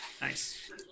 Nice